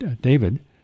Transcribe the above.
David